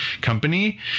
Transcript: company